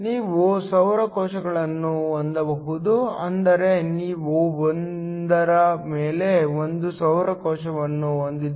ನೀವು ಸೌರ ಕೋಶಗಳನ್ನು ಹೊಂದಬಹುದು ಅಂದರೆ ನೀವು ಒಂದರ ಮೇಲೆ ಒಂದು ಸೌರ ಕೋಶವನ್ನು ಹೊಂದಿದ್ದೀರಿ